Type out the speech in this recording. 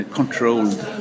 controlled